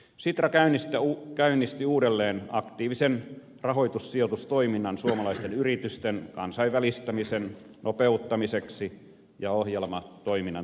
sitra käynnisti uudelleen aktiivisen rahoitussijoitustoiminnan suomalaisten yritysten kansainvälistämisen nopeuttamiseksi ja ohjelmatoiminnan tukemiseksi